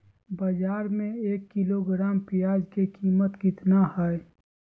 बाजार में एक किलोग्राम प्याज के कीमत कितना हाय?